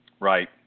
Right